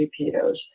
GPUs